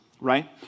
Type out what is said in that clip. right